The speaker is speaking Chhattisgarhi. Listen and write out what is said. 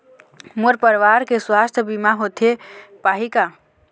मोर परवार के सुवास्थ बीमा होथे पाही का?